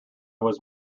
was